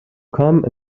come